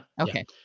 okay